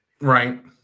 Right